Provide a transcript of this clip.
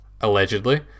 Allegedly